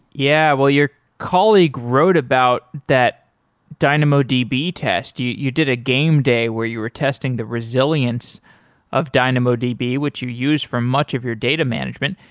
yeah. well, your colleague wrote about that dynamo db test. you you did a game day where you are testing the resilience of dynamo db, which you use for much of your data management.